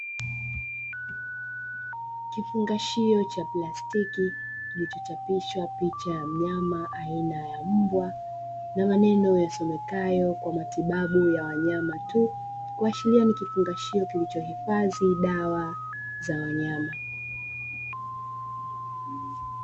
Kifungashio cha plastiki, kilichochapishwa picha ya mnyama aina ya mbwa, na maneno yasomekayo kwa matibabu ya wanyama tu, kuashiria ni kifungashio kilichohifadhi dawa za wanyama.